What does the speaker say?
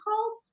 called